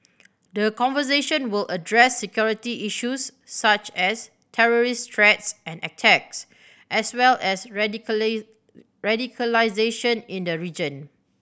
the conversation will address security issues such as terrorist threats and attacks as well as radicalisation in the region